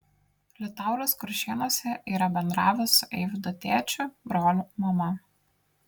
liutauras kuršėnuose yra bendravęs su eivydo tėčiu broliu mama